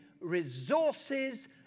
resources